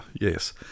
Yes